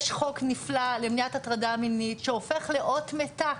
יש חוק נפלא למניעת הטרדה מינית שהופך לאות מתה,